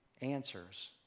answers